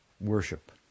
worship